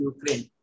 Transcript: Ukraine